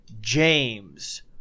James